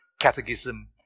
Catechism